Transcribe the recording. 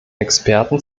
experten